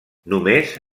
només